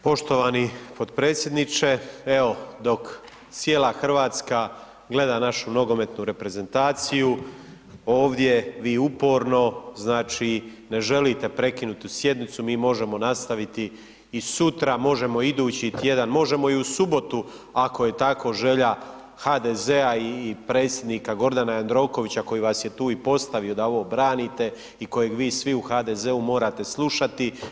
Poštovani potpredsjedniče, evo dok cijela Hrvatska gleda našu nogometnu reprezentaciju, ovdje vi uporno znači ne želite prekinuti sjednicu, mi možemo nastaviti i sutra, možemo idući tjedan, možemo i u subotu ako je tako želja HDZ-a i predsjednika Gordana Jandrokovića, koji vas je tu i postavio da ovo branite i kojeg vi svi u HDZ-u morate slušati.